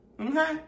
okay